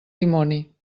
dimoni